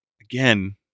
again